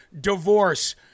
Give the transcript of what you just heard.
divorce